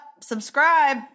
Subscribe